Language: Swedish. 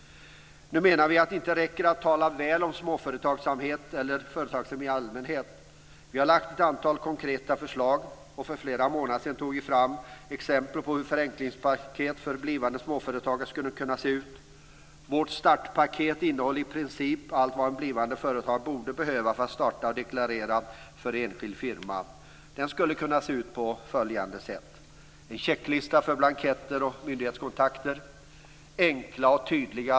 Vi menar att det inte räcker att tala väl om småföretagsamhet eller företagsamhet i allmänhet. Vi har lagt fram ett antal konkreta förslag. För flera månader sedan tog vi fram exempel på hur förenklingspaket för blivande småföretagare skulle kunna se ut. Vårt startpaket innehåller i princip allt vad en blivande företagare borde behöva för att starta och deklarera för enskild firma. Det skulle kunna se ut på följande sätt.